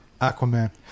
Aquaman